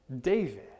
David